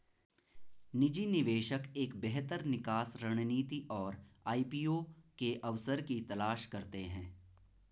निजी निवेशक एक बेहतर निकास रणनीति और आई.पी.ओ के अवसर की तलाश करते हैं